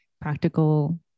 practical